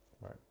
Right